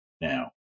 now